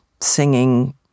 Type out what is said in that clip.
singing